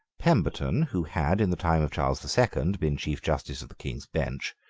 pemberton, who had, in the time of charles the second, been chief justice of the king's bench,